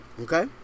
okay